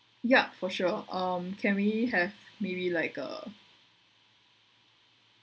yup for sure um can we have maybe like err